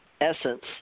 essence